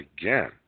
again